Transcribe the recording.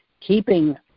Keeping